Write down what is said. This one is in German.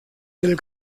del